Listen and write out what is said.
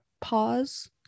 pause